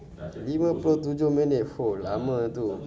lima puluh tujuh minit !fuh! lama tu